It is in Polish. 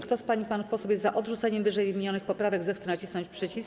Kto z pań i panów posłów jest za odrzuceniem ww. poprawek, zechce nacisnąć przycisk.